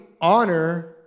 honor